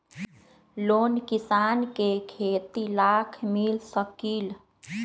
Loan किसान के खेती लाख मिल सकील?